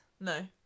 no